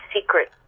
secret